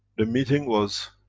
the meeting was